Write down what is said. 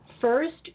First